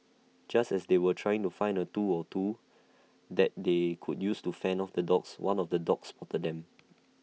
just as they were trying to find A tool or two that they could use to fend off the dogs one of the dogs spotted them